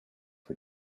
for